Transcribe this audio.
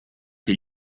che